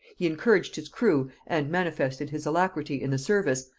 he encouraged his crew, and manifested his alacrity in the service,